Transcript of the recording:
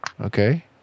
okay